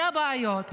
אלה הבעיות.